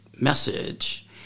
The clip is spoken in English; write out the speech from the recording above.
message